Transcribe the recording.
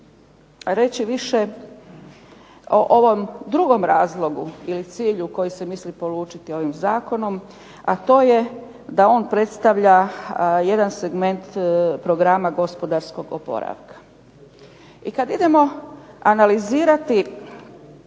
reći o ovom drugom razlogu ili cilju koji se misli poručiti ovim zakonom, a to je da on predstavlja jedan segment programa gospodarskog oporavka. I kada idemo analizirati